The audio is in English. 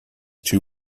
two